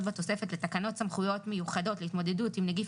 בתוספת לתקנות סמכויות מיוחדות להתמודדות עם נגיף